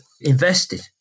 invested